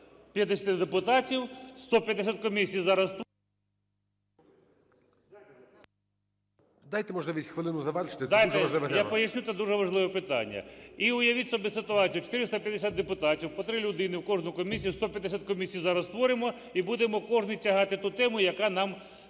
450 депутатів 150 комісій зараз… ГОЛОВУЮЧИЙ. Дайте можливість хвилину завершити. Це дуже важлива тема. КУПРІЄНКО О.В. Я поясню, це дуже важливе питання. І уявіть собі ситуацію. 450 депутатів по три людини в кожну комісію – 150 комісій зараз створимо і будемо кожен тягати цю тему, яка нам, або,